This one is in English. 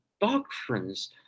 doctrines